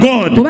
God